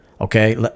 okay